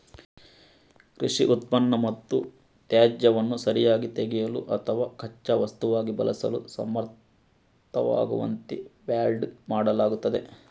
ಕೃಷಿ ಉತ್ಪನ್ನ ಮತ್ತು ತ್ಯಾಜ್ಯವನ್ನು ಸರಿಯಾಗಿ ತೆಗೆಯಲು ಅಥವಾ ಕಚ್ಚಾ ವಸ್ತುವಾಗಿ ಬಳಸಲು ಸಮರ್ಥವಾಗುವಂತೆ ಬ್ಯಾಲ್ಡ್ ಮಾಡಲಾಗುತ್ತದೆ